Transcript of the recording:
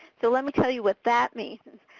so let me tell you what that means.